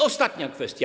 Ostatnia kwestia.